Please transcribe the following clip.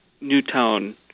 Newtown